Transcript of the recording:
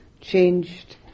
changed